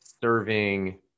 serving